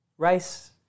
rice